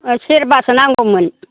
सेरबासो नांगौमोन